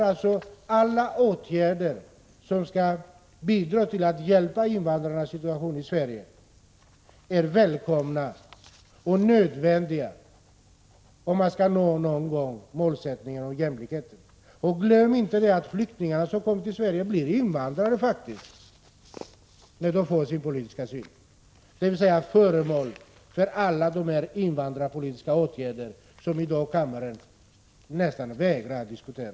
Alla åtgärder som kan bidra till att förbättra invandrarnas situation i Sverige är välkomna och nödvändiga, om man någon gång skall nå jämlikhetsmålet. Glöm inte att de flyktingar som kommer till Sverige faktiskt blir invandrare när de får politisk asyl, dvs. de blir då föremål för alla de invandrarpolitiska åtgärder som kammaren i dag nästan vägrar att diskutera.